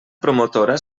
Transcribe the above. promotora